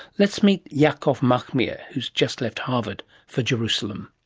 let's meet yaakov nahmias who has just left harvard for jerusalem.